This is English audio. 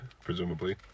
presumably